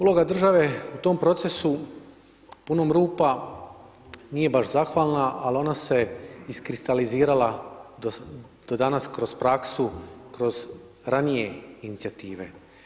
Uloga države u tom procesu punom rupa nije baš zahvalna, al ona se iskristalizirala do danas kroz praksu, kroz ranije inicijative.